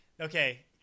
okay